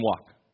walk